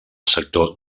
sector